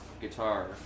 guitar